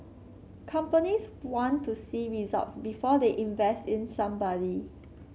companies want to see results before they invest in somebody